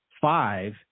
five